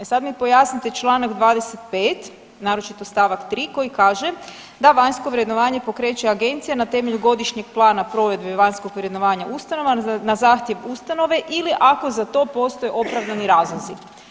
E sad mi pojasnite čl. 25, naročito st. 3 koji kaže da vanjsko vrednovanje pokreće Agencija na temelju Godišnjeg plana provedbe vanjskog vrednovanja ustanova na zahtjev ustanove ili ako za to postoje opravdani razlozi.